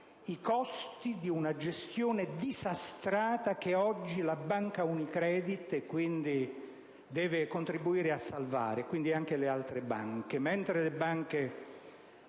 i costi di una gestione disastrata, che oggi la banca Unicredit deve contribuire a salvare, e così anche le altre banche.